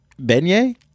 Beignet